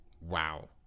Wow